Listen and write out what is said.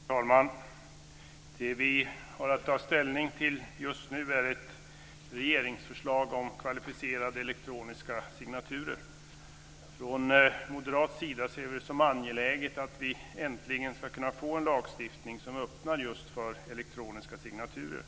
Fru talman! Det vi har att ta ställning till just nu är ett regeringsförslag om kvalificerade elektroniska signaturer. Från moderat sida ser vi det som angeläget att vi äntligen får en lagstiftning som öppnar för elektroniska signaturer.